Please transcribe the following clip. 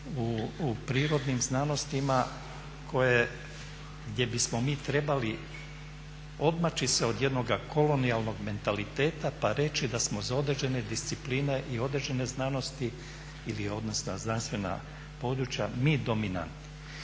u prirodnim znanostima koje, gdje bismo mi trebali odmaći se od jednog kolonijalnog mentaliteta pa reći da smo za određene discipline i određene znanosti ili odnosna znanstvena područja mi dominanti.